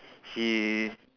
she's